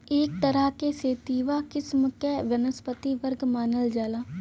एक तरह क सेतिवा किस्म क वनस्पति वर्ग मानल जाला